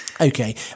Okay